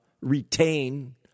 retain